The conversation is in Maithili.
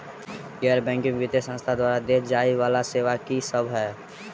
गैर बैंकिंग वित्तीय संस्थान द्वारा देय जाए वला सेवा की सब है?